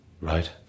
Right